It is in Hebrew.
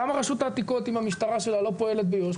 למה רשות העתיקות עם המשטרה שלה לא פועלת ביו"ש?